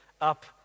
up